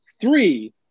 three